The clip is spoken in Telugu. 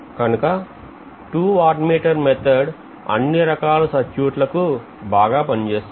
కనుక 2 వాట్ మీటర్ పద్ధతి అన్ని రకాల సర్క్యూట్ లకు బాగా పనిచేస్తుంది